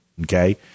okay